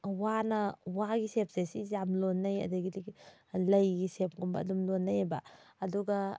ꯋꯥꯅ ꯋꯥꯒꯤ ꯁꯦꯞꯁꯦ ꯁꯤꯁꯦ ꯌꯥꯝ ꯂꯣꯟꯅꯩ ꯑꯗꯒꯤꯗꯤ ꯂꯩꯒꯤ ꯁꯦꯞꯀꯨꯝꯕ ꯑꯗꯨꯝ ꯂꯣꯟꯅꯩꯌꯦꯕ ꯑꯗꯨꯒ